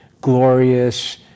glorious